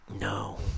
No